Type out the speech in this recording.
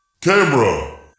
camera